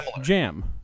jam